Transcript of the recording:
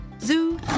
Zoo